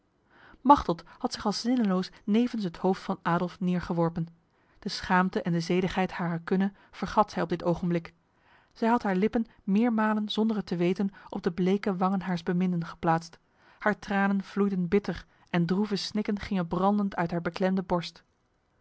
machteld had zich als zinneloos nevens het hoofd van adolf neergeworpen de schaamte en de zedigheid harer kunne vergat zij op dit ogenblik zij had haar lippen meermalen zonder het te weten op de bleke wangen haars beminden geplaatst haar tranen vloeiden bitter en droeve snikken gingen brandend uit haar beklemde borst